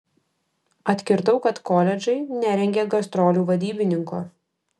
atkirtau kad koledžai nerengia gastrolių vadybininko